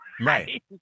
Right